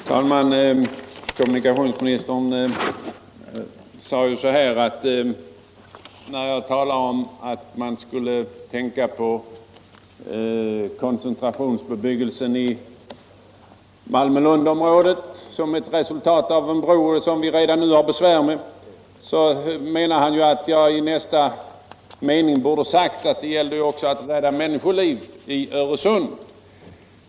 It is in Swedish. Herr talman! Kommunikationsministern menade att när jag talade om att man skulle tänka på koncentrationsbebyggelsen i Malmö-Lundområdet som ett resultat av en bro — man har redan nu besvär med den koncentrationen — borde jag i nästa mening ha sagt att det också gäller att rädda människoliv i Öresund.